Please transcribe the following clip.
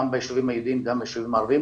גם בישובים היהודים וגם בישובים הערבים.